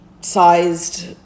sized